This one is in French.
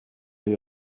les